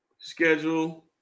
schedule